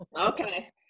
Okay